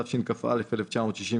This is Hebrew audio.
התשכ"א-1961.